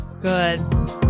Good